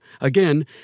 Again